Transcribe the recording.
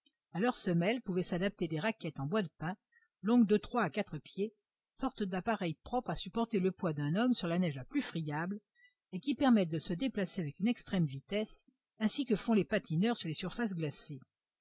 à leurs semelles pouvaient s'adapter des raquettes en bois de pin longues de trois à quatre pieds sortes d'appareils propres à supporter le poids d'un homme sur la neige la plus friable et qui permettent de se déplacer avec une extrême vitesse ainsi que font les patineurs sur les surfaces glacées